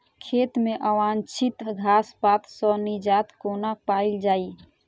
खेत मे अवांछित घास पात सऽ निजात कोना पाइल जाइ?